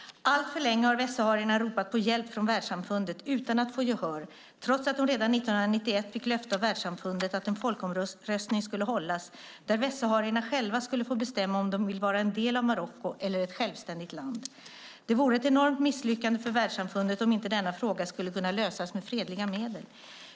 Allt för länge har västsaharierna ropat på hjälp från världssamfundet utan att få gehör trots att de redan 1991 fick löfte av världssamfundet att en folkomröstning skulle hållas, där västsaharierna själva skulle få bestämma om de vill vara en del av Marocko eller ett självständigt land. Det vore ett enormt misslyckande för världssamfundet om inte denna fråga skulle kunna lösas med fredliga medel.